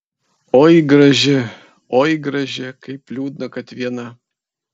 oi graži oi graži kaip liūdna kad viena